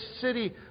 city